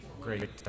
Great